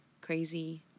crazy